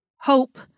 hope